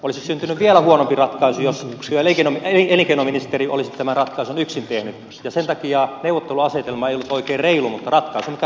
olisi syntynyt vielä huonompi ratkaisu jos elinkeinoministeri olisi tämän ratkaisun yksin tehnyt ja sen takia neuvotteluasetelma ei ollut oikein reilu mutta ratkaisu mikä ratkaisu